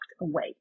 away